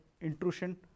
intrusion